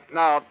now